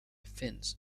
finns